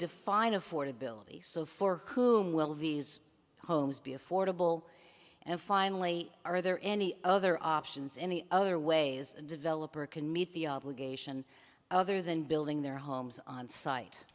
define affordability so for whom will these homes be affordable and finally are there any other options any other ways developer can meet the obligation other than building their homes on site